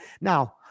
now